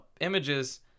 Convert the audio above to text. images